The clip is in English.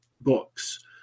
books